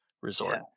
Resort